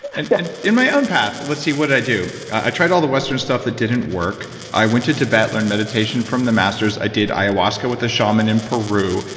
and and in my own path, let's see, what did i do? i tried all the western stuff that didn't work. i went to tibet, learned meditation from the masters. i did ayahuasca with a shaman in peru.